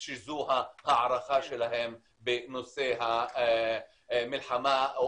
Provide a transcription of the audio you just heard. שזו ההערכה שלהם בנושא המלחמה או